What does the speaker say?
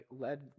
led